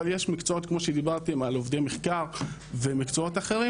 אבל יש מקצועות כמו שדיברתם על עובדי מחקר ומקצועות אחרים,